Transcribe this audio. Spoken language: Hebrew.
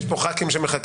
יש כאן חברי כנסת שמחכים.